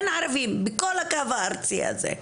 אין ערבים, בכל הקו הארצי הזה.